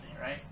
right